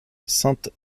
sainte